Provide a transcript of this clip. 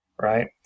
right